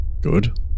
Good